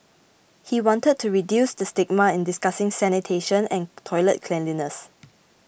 he wanted to reduce the stigma in discussing sanitation and toilet cleanliness